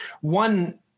One